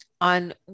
on